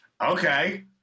okay